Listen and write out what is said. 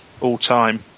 all-time